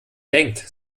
denkt